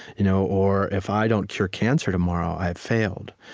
you know or if i don't cure cancer tomorrow, i've failed.